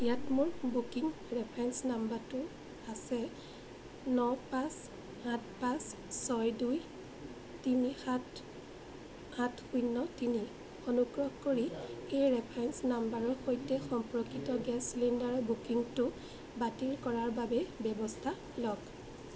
ইয়াত মোৰ booking reference নাম্বাৰটো আছে ন পাঁচ আঠ পাঁচ ছয় দুই তিনি সাত আঠ শূন্য তিনি অনুগ্ৰহ কৰি এই ৰেফাৰেঞ্চ নাম্বাৰৰ সৈতে সম্পৰ্কিত গেছ চিলিণ্ডাৰ বুকিংটো বাতিল কৰাৰ বাবে ব্যৱস্থা লওক